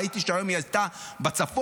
ראיתי שהיום היא הייתה בצפון.